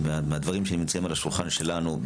מהדברים הדחופים שנמצאים על השולחן שלנו היום,